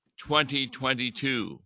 2022